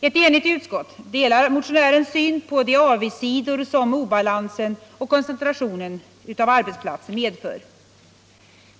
Ett enhälligt utskott delar motionärens syn på de avigsidor som obalansen i koncentrationen av arbetsplatser medför.